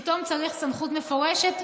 פתאום צריך סמכות מפורשת.